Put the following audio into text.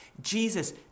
Jesus